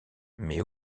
mais